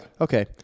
Okay